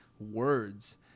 words